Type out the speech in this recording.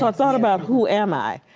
thougth thougth about who am i.